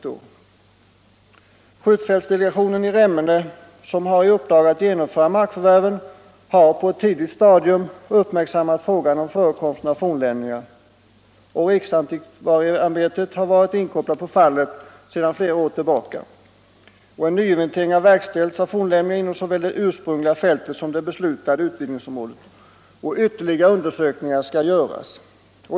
Skjutfältsdelegationen Remmene, som har i uppdrag att genomföra markförvärven, har på ett tidigt stadium uppmärksammat frågan om förekomsten av fornlämningar. Riksantikvarieämbetet har varit inkopplat på fallet sedan flera år tillbaka. En nyinventering av fornlämningar har verkställts inom såväl det ursprungliga fältet som det beslutade utvidgningsområdet. Ytterligare undersökningar skall göras.